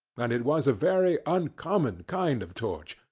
and it was a very uncommon kind of torch,